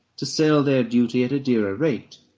to sell their duty at a dearer rate,